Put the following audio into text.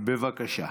בבקשה.